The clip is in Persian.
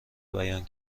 بیان